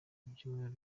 ibyumweru